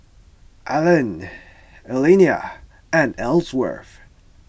Allan Elliana and Ellsworth